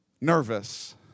Nervous